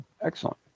excellent